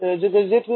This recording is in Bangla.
ছাত্র ছাত্রীঃ